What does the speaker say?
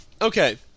Okay